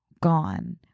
gone